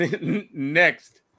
Next